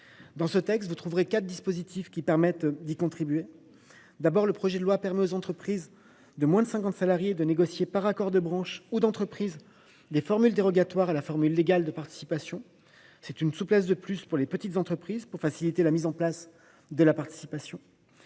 dans ces petites entreprises. Quatre dispositifs essentiels de ce texte y contribuent. D’abord, le projet de loi permet aux entreprises de moins de 50 salariés de négocier, par accord de branche ou d’entreprise, des formules dérogatoires à la formule légale de participation. C’est une souplesse de plus offerte aux petites entreprises pour faciliter la mise en place de la participation.